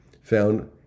found